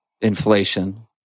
inflation